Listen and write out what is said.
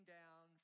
down